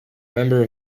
member